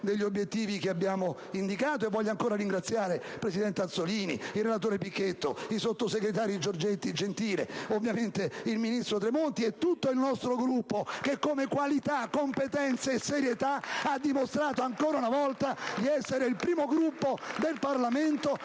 degli obiettivi indicati. Voglio ancora ringraziare il presidente Azzollini, il relatore Pichetto Fratin, i sottosegretari Giorgetti e Gentile, il ministro Tremonti e tutto il nostro Gruppo, che come qualità, competenze e serietà ha dimostrato ancora una volta di essere il primo Gruppo del Parlamento